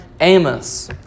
Amos